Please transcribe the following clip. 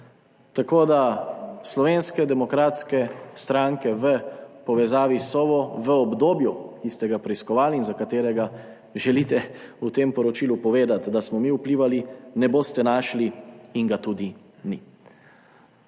Tako da Slovenske demokratske stranke v povezavi s Sovo v obdobju, ki ste ga preiskovali in za katero želite v tem poročilu povedati, da smo mi vplivali, ne boste našli in je tudi ni.